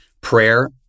Prayer